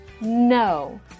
No